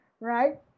Right